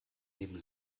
neben